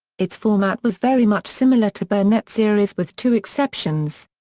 its format was very much similar to burnett's series with two exceptions.